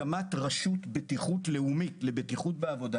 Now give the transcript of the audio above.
הקמת רשות בטיחות לאומית לבטיחות בעבודה